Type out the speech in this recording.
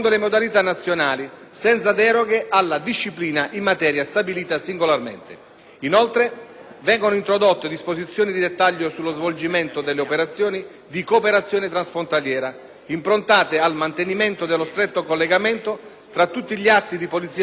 Inoltre, vengono introdotte disposizioni di dettaglio sullo svolgimento delle operazioni di cooperazione transfrontaliera, improntate al mantenimento dello stretto collegamento tra tutti gli atti di polizia giudiziaria e l'avviso all'autorità giudiziaria competente, cui spetta comunque la facoltà di